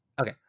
okay